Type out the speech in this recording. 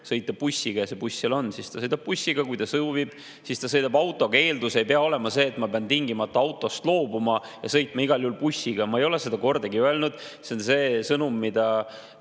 sõita bussiga ja buss seal on, siis ta sõidab bussiga, kui ta soovib [sõita autoga], siis ta sõidab autoga. Eeldus ei pea olema see, et peab tingimata autost loobuma ja sõitma igal juhul bussiga. Ma ei ole seda kordagi öelnud. See on sõnum, mida